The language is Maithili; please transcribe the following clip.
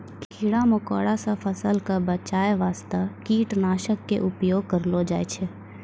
कीड़ा मकोड़ा सॅ फसल क बचाय वास्तॅ कीटनाशक के उपयोग करलो जाय छै